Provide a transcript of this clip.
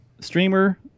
Streamer